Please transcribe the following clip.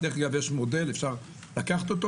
ויש מודל שאפשר לקחת,